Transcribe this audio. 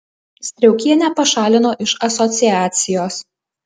striaukienę pašalino iš asociacijos